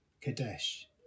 Kadesh